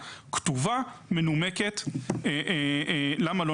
זה קורה אבל העמדה שלהם היא שזה